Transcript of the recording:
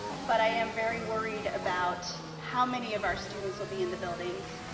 but i am very worried about how many of our students will be in the buildings.